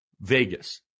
Vegas